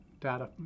data